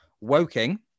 Woking